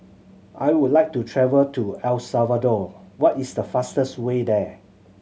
I would like to travel to El Salvador what is the fastest way there